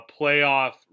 playoff